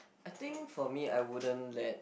I think for me I wouldn't let